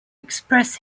express